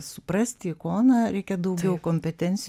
suprasti ikoną reikia daugiau kompetencijų